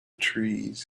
trees